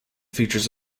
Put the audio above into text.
features